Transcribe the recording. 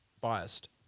biased